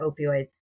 opioids